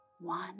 One